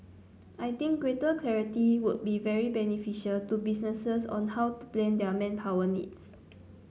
I think greater clarity would be very beneficial to businesses on how to plan their manpower needs